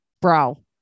bro